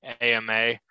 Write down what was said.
ama